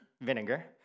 vinegar